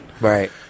Right